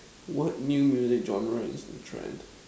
what new music genre is in trend